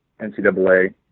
NCAA